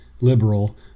liberal